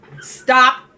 Stop